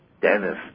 Dennis